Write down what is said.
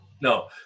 No